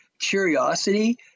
curiosity